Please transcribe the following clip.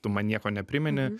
tu man nieko neprimeni